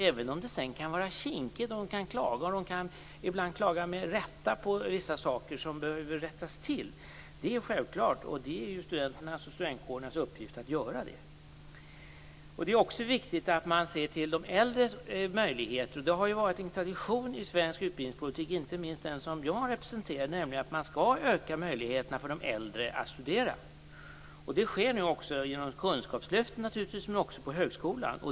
Sedan kan det förstås vara kinkigt, de kan klaga - och ibland med rätta - på vissa saker som behöver rättas till. Det är självklart, och det är studenternas och studentkårernas uppgift att göra detta. Det är också viktigt att man ser till de äldres möjligheter. Det har varit en tradition i svensk utbildningspolitik, inte minst den som jag representerar, att man skall öka möjligheterna för de äldre att studera. Detta sker nu också - genom kunskapslyftet naturligtvis, men också på högskolan.